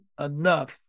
enough